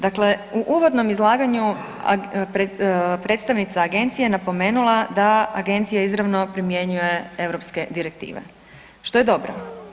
Dakle, u uvodnom izlaganju predstavnica agencije je napomenula da agencija izravno primjenjuje europske direktive, što je dobro.